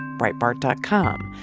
breitbart dot com,